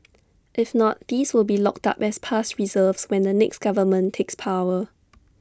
if not these will be locked up as past reserves when the next government takes power